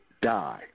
die